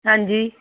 ਹਾਂਜੀ